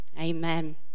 Amen